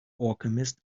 alchemist